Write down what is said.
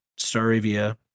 Staravia